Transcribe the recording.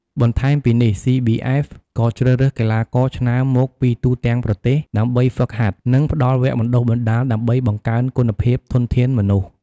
បន្ថែមពីនេះ CBF ក៍ជ្រើសរើសកីឡាករឆ្នើមមកពីទូទាំងប្រទេសដើម្បីហ្វឹកហាត់ និង ផ្តល់វគ្គបណ្តុះបណ្តាលដើម្បីបង្កើនគុណភាពធនធានមនុស្ស។។